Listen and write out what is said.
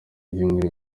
ibyumweru